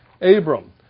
Abram